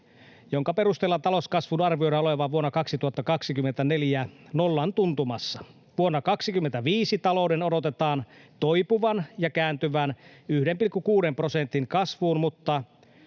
jonka perusteella talouskasvun arvioidaan olevan vuonna 2024 nollan tuntumassa. Vuonna 25 talouden odotetaan toipuvan ja kääntyvän 1,6 prosentin kasvuun, mutta